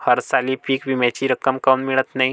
हरसाली पीक विम्याची रक्कम काऊन मियत नाई?